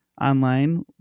online